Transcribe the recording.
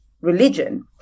religion